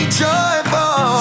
joyful